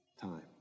time